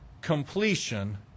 completion